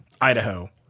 Idaho